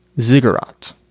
ziggurat